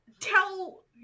tell